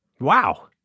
Wow